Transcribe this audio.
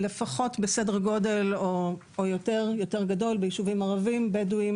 גדול יותר בישובים בדואים